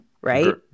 Right